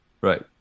right